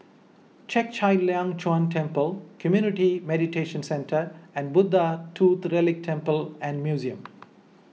Chek Chai Long Chuen Temple Community Mediation Centre and Buddha Tooth Relic Temple and Museum